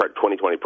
2020